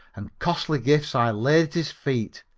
and costly gifts i laid at his feet,